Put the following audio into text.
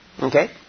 Okay